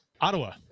Ottawa